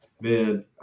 man